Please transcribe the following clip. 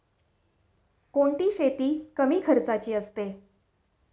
कोणती शेती कमी खर्चाची असते?